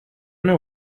know